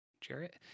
Jarrett